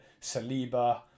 Saliba